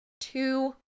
two